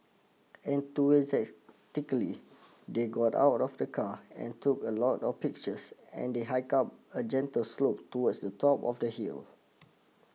enthusiastically they got out of the car and took a lot of pictures and they hike up a gentle slope towards the top of the hill